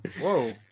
Whoa